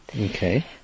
Okay